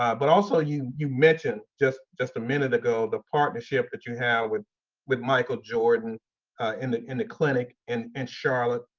but also you you mentioned just just a minute ago, the partnership that you have with with michael jordan in the in the clinic and and charlotte,